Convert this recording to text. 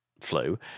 flu